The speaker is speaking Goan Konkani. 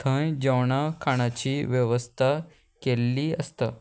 थंय जेवणा खाणाची वेवस्था केल्ली आसता